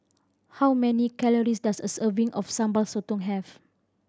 how many calories does a serving of Sambal Sotong have